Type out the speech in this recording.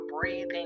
breathing